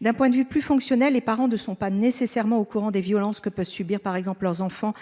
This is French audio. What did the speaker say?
D'un point de vue plus fonctionnel et parents de sont pas nécessairement au courant des violences que peut subir par exemple leurs enfants